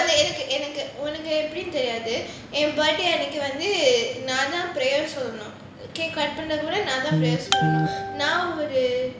ya no எனக்கு உனக்கு எப்டினு தெரியாது:enaku unaku epdinu teriyaathu prayer சொல்லணும் நான் தான்:sollanum naanthaan prayer சொல்லணும்:sollanum